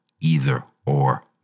either-or